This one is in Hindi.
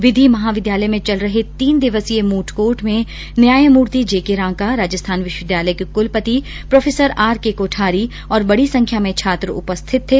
विधि महाविद्यालय में चल रहे तीन दिवसीय मूट कोर्ट में न्यायमूर्ति जेके रांका राजस्थान विश्वविद्यालय के क्लपति प्रो आर के कोठारी और बड़ी संख्या में छात्र उपस्थित थे